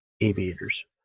aviators